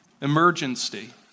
Emergency